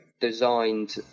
designed